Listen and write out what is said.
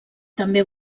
també